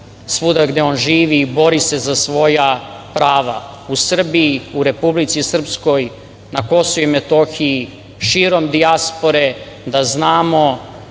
svuda gde on živi i bori se za svoja prava, u Srbiji, u Republici Srpskoj, na KiM, širom dijaspore da znamo